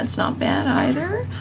and so not bad either.